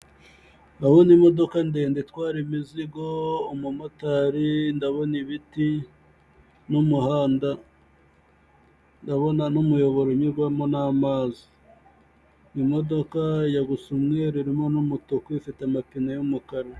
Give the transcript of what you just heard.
Ndabona imodoka ndende itwara imizigo, umumotari, ndabona ibiti n'umuhanda, ndabona n'umuyoboro unyurwamo n'amazi, imodoka ijya gusa umweru irimo n'umutuku ifite amapine y'umukara.